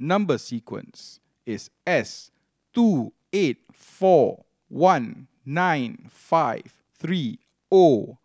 number sequence is S two eight four one nine five three O